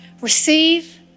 receive